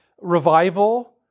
revival